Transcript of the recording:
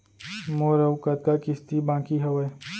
मोर अऊ कतका किसती बाकी हवय?